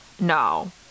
No